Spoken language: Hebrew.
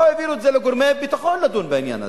לא העבירו את זה לגורמי ביטחון שידונו בעניין הזה.